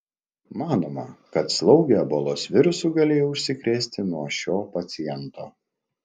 manoma kad slaugė ebolos virusu galėjo užsikrėsti nuo šio paciento